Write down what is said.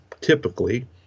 typically